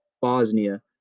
Bosnia